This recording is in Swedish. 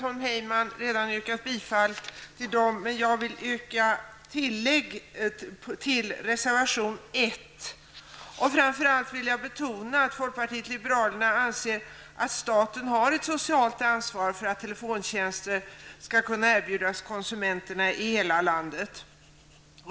Tom Heyman har redan yrkat bifall till dem, men jag vill även yrka bifall till reservation Framför allt vill jag betona att folkpartiet liberalerna anser att staten har ett socialt ansvar för att telefontjänster skall kunna erbjudas konsumenterna i hela landet.